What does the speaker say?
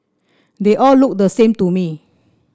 they all looked the same to me